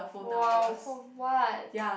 !wow! for what